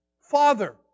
Father